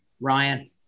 Ryan